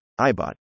IBOT